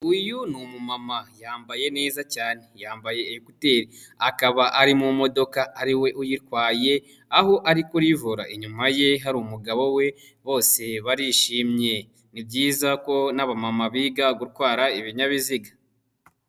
Uyu ni umumama yambaye neza cyane yambaye ekuteri, akaba ari mu modoka ari we uyitwaye aho ari kuri vora, inyuma ye hari umugabo we bose barishimye. Ni byiza ko n'abamama biga gutwara ibinyabiziga.